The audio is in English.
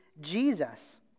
Jesus